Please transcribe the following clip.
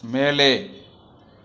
மேலே